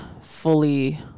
fully